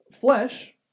Flesh